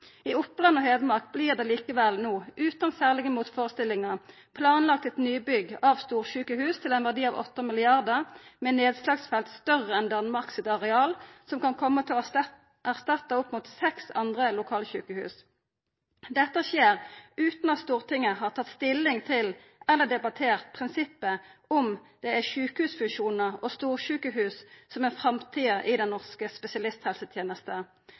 I Oppland og Hedmark vert det no likevel – utan særlege motførestillingar – planlagt eit nybygg av storsjukehus til ein verdi av 8 mrd. kr med nedslagsfelt større enn Danmark sitt areal, som kan kome til å erstatta opp mot seks andre lokalsjukehus. Dette skjer utan at Stortinget har tatt stilling til eller debattert prinsippet om det er sjukehusfusjonar og storsjukehus som er framtida i den norske spesialisthelsetenesta.